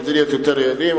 כדי להיות יותר יעילים,